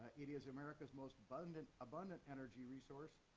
it is america's most abundant abundant energy resource.